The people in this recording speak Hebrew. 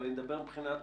אני מדבר מבחינת